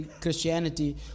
Christianity